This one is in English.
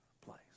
place